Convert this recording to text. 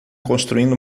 construindo